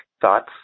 thoughts